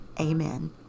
amen